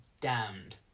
damned